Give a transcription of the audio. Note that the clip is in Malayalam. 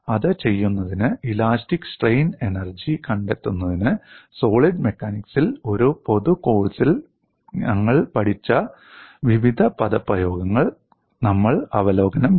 അത് ചെയ്യുന്നതിന് ഇലാസ്റ്റിക് സ്ട്രെയിൻ എനർജി കണ്ടെത്തുന്നതിന് സോളിഡ് മെക്കാനിക്സിൽ ഒരു പൊതു കോഴ്സിൽ ഞങ്ങൾ പഠിച്ച വിവിധ പദപ്രയോഗങ്ങൾ ഞങ്ങൾ അവലോകനം ചെയ്തു